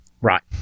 right